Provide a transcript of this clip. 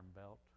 Belt